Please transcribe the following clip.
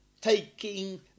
Taking